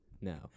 no